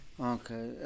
Okay